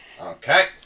Okay